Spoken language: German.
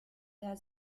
der